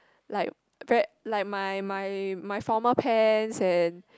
like very like my my my formal pants and